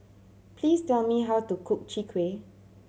please tell me how to cook Chwee Kueh